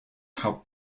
have